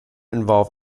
involve